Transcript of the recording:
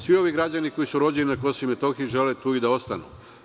Svi ovi građani koji su rođeni na KiM žele tu i da ostanu.